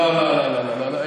לא, לא, לא.